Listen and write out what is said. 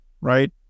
right